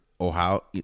Ohio